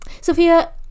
sophia